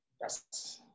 Yes